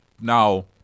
Now